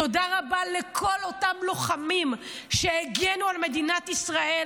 תודה רבה לכל אותם לוחמים שהגנו על מדינת ישראל